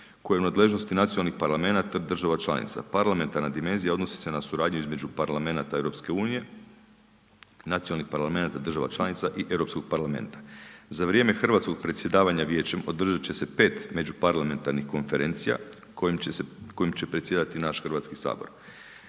koja je u nadležnosti nacionalnih parlamenata država članica. Parlamentarna dimenzija odnosi se na suradnju između parlamenata EU, nacionalnih parlamenata država članica i Europskog parlamenta. Za vrijeme hrvatskog predsjedavanja vijećem održati će se 5 međuparlamentarnih konferencijama kojim će predsjedati naš Hrvatski sabor.